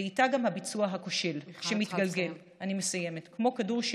ואיתה הביצוע הכושל מתגלגל מיכל, את